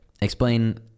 Explain